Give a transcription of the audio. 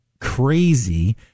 crazy